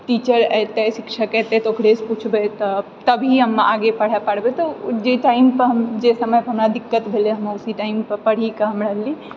teacher एतय शिक्षक एतय तऽ ओकरेसँ पुछबय तऽ तभी हम आगे पढ़े पड़बय तऽ ओ जे टाइमपर जे समयपर हमरा दिक्कत भेलय हम उसी टाइमपर पढ़िकऽ हमरा